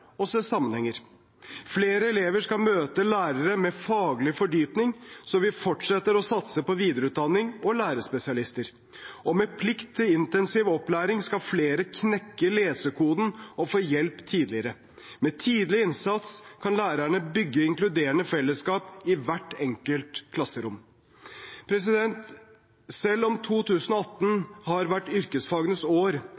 og se sammenhenger. Flere elever skal møte lærere med faglig fordypning, så vi fortsetter å satse på videreutdanning og lærerspesialister. Og med plikt til intensiv opplæring skal flere knekke lesekoden og få hjelp tidligere. Med tidlig innsats kan lærerne bygge inkluderende fellesskap i hvert enkelt klasserom. Selv om